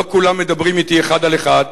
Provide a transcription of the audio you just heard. לא כולם מדברים אתי אחד על אחד.